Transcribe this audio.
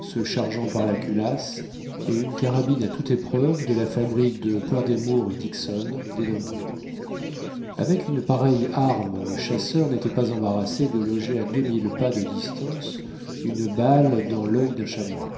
se chargeant par la culasse et une carabine à toute épreuve de la fabrique de purdey moore et dickson d'edimbourg avec une pareille arme le chasseur nétait pas embarrassé de loger à deux mille pas de distance une balle dans l'il d'un chamois